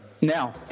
Now